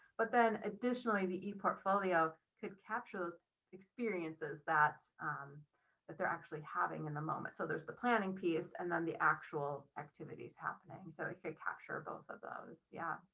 but then additionally, the portfolio could capture those experiences that that they're actually having in the moment. so there's the planning piece, and then the actual activities happening so we could capture both of those. yeah,